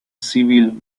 civil